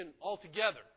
altogether